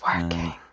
working